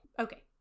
Okay